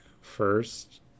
first